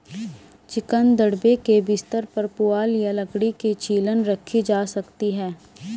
chicken दड़बे के बिस्तर पर पुआल या लकड़ी की छीलन रखी जा सकती है